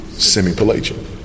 semi-pelagian